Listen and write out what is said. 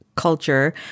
culture